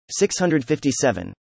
657